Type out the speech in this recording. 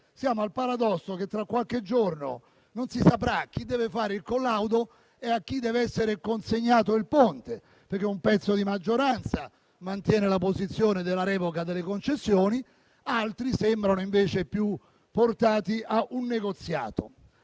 siamo al paradosso che tra qualche giorno non si saprà chi deve fare il collaudo e a chi deve essere consegnato il ponte, perché un pezzo di maggioranza mantiene la posizione della revoca delle concessioni, mentre altri sembrano più portati a un negoziato.